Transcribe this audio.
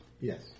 Yes